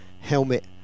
helmet